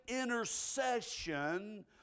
intercession